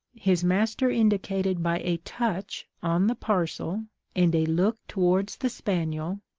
his master indicated by a touch on the parcel and a look towards the spaniel,